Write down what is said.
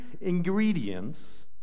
ingredients